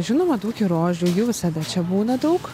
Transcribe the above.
žinomadaug ir rožių jų visada čia būna daug